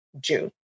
June